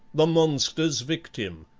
the monster's victim.